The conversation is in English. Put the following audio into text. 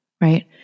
right